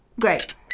Great